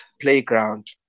playground